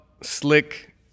slick